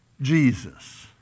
Jesus